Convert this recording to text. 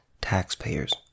taxpayers